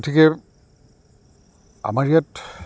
গতিকে আমাৰ ইয়াত